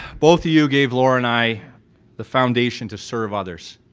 both of you gave laura and i the foundation to serve others,